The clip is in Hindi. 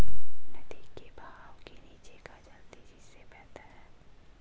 नदी के बहाव के नीचे का जल तेजी से बहता है